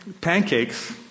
pancakes